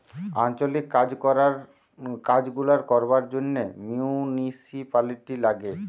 আঞ্চলিক কাজ গুলা করবার জন্যে মিউনিসিপালিটি লাগে